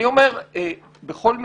אני אומר, בכל מקרה,